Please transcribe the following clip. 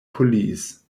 police